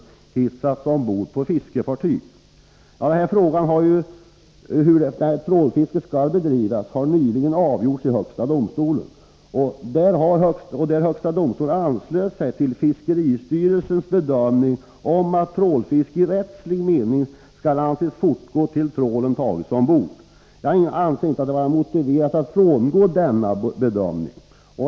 Frågan om hur trålfiske skall bedrivas har nyligen avgjorts i högsta domstolen, som anslöt sig till fiskeristyrelsens bedömning att trålfiske i rättslig mening skall anses fortgå tills trålen tagits ombord. Jag anser inte att det är motiverat att frångå denna bedömning.